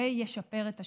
וישפר את השירות.